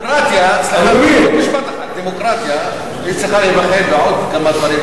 עוד משפט אחד: דמוקרטיה צריכה להיבחן בעוד כמה דברים,